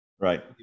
Right